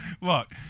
look